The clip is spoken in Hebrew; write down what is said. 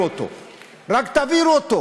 רק תעבירו אותו.